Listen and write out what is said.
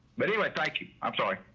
but anyway, thank you. i'm sorry.